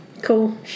Cool